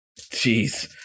Jeez